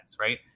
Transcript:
right